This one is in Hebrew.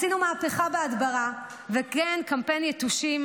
עשינו מהפכה בהדברה, וכן קמפיין יתושים.